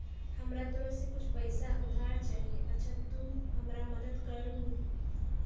हमरा तोरा से कुछ पैसा उधार चहिए, अच्छा तूम हमरा मदद कर मूह?